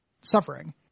suffering